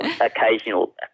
occasional